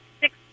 six